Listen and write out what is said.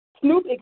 Snoop